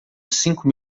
cinco